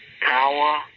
power